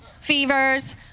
fevers